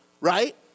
right